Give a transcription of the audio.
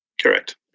Correct